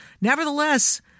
nevertheless